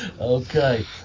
Okay